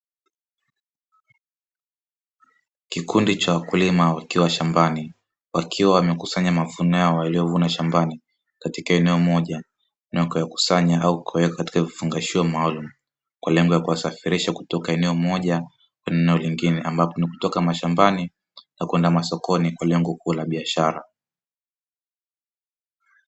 Kikundi cha wakulima wakiwa shambani, wakiwa wamekusanya mavuno yao waliyovuna shambani katika eneo moja, na kuyakusanya au kuyaweka katika vifungashio maalumu kwa lengo la kuyasafirisha kutoka eneo moja kwenda eneo lingine; ambapo ni kutoka mashambani na kwenda masokoni kwa lengo kuu la biashara.